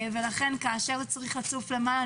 ולכן כאשר צריך לצוף למעלה,